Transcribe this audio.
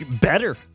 Better